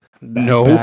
no